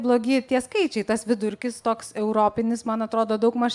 blogi tie skaičiai tas vidurkis toks europinis man atrodo daugmaž